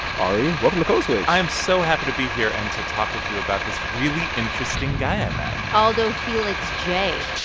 ari, welcome to code switch i am so happy to be here and to talk with you about this really interesting guy i met alldo fellix j.